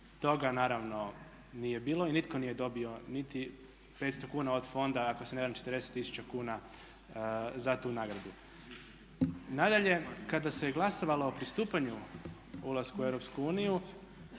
toga naravno nije bilo i nitko nije dobio niti 500 kn od fonda ako se ne varam 40 000 kn za tu nagradu. Nadalje, kada se glasovalo o pristupanju o ulasku u EU